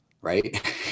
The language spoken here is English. right